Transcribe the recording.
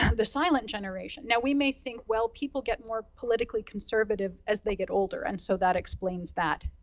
the silent generation. now, we may think, well, people get more politically conservative as they get older, and so that explains that.